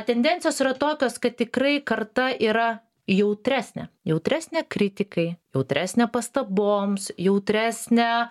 tendencijos yra tokios kad tikrai karta yra jautresnė jautresnė kritikai jautresnė pastaboms jautresnė